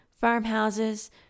farmhouses